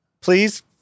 Please